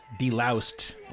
Deloused